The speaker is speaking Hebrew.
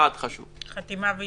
חתימה ואשרור.